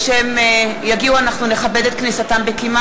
שהחזירה ועדת העבודה,